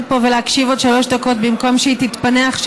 פה ולהקשיב עוד שלוש דקות במקום שהיא תתפנה עכשיו